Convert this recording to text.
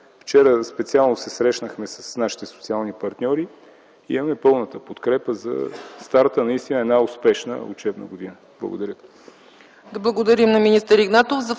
Вчера специално се срещнахме с нашите социални партньори и имаме пълната подкрепа за старта на наистина една успешна учебна година. Благодаря.